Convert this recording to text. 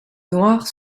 noirs